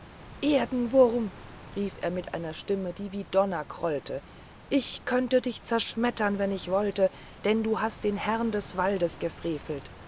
erdenwurm rief er mit einer stimme die wie der donner rollte ich könnte dich zerschmettern wenn ich wollte denn du hast gegen den herrn des waldes gefrevelt